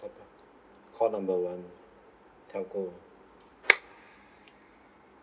call number one telco